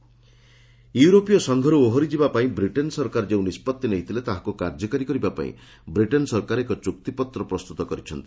Brexit ମେ ୟୁରୋପୀୟ ସଂଘରୁ ଓହରିଯିବା ପାଇଁ ବ୍ରିଟେନ୍ ସରକାର ଯେଉଁ ନିଷ୍କଭି ନେଇଥିଲେ ତାହାକୁ କାର୍ଯ୍ୟକାରୀ କରିବା ପାଇଁ ବ୍ରିଟେନ୍ ସରକାର ଏକ ଚୁକ୍ତିପତ୍ର ପ୍ରସ୍ତୁତ କରିଛନ୍ତି